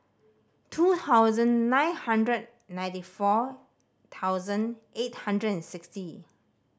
two thousand nine hundred ninety four thousand eight hundred and sixty